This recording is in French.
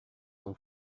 son